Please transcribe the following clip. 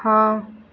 हाँ